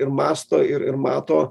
ir mąsto ir ir mato